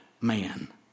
man